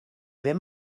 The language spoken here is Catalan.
ben